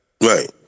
Right